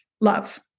love